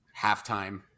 halftime